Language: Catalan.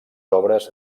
obres